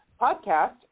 podcast